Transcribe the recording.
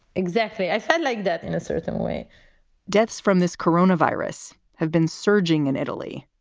exactly. i felt like that in a certain way deaths from this corona virus have been surging in italy,